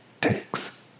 takes